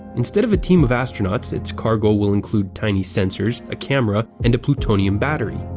instead of a team of astronauts, it's cargo will include tiny sensors, a camera, and a plutonium battery.